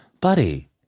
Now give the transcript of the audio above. buddy